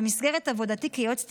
במסגרת עבודתי כיועץ תקשורת.